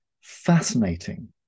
fascinating